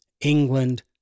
England